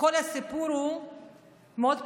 כל הסיפור הוא מאוד פשוט: